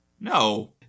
No